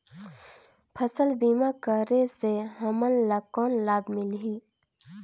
फसल बीमा करे से हमन ला कौन लाभ मिलही?